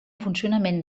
funcionament